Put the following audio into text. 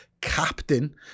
captain